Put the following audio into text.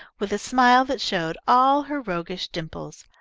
with a smile that showed all her roguish dimples.